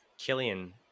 killian